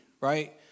right